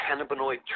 cannabinoid